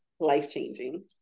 life-changing